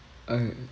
oh